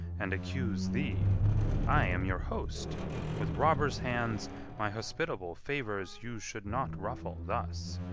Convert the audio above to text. and accuse thee i am your host with robber's hands my hospitable favours you should not ruffle thus.